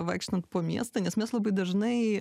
vaikštant po miestą nes mes labai dažnai